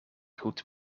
goed